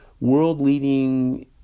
world-leading